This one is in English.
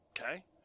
okay